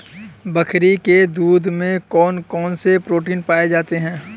बकरी के दूध में कौन कौनसे प्रोटीन पाए जाते हैं?